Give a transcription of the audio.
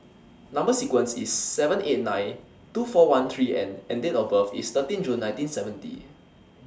Number sequence IS T seven eight nine two four one three N and Date of birth IS thirteen June nineteen seventy